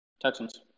Texans